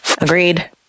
Agreed